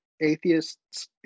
atheists